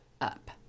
up